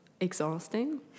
exhausting